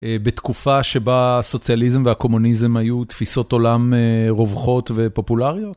בתקופה שבה הסוציאליזם והקומוניזם היו תפיסות עולם רווחות ופופולריות?